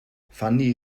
fanny